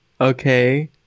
Okay